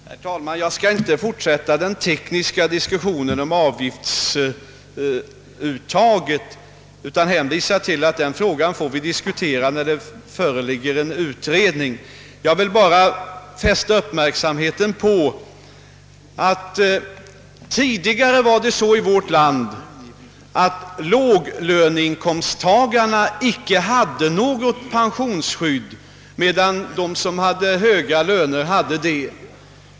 Herr talman! Jag skall inte fortsätta den tekniska diskussionen om avgiftsuttaget utan hänvisar till att den frågan får vi diskutera när en utredning föreligger. Jag vill bara fästa uppmärksamheten på att det tidigare var så i vårt land, att de löntagare som hade låg inkomst inte åtnjöt något pensionsskydd, medan de som hade höga löner åtnjöt sådant skydd.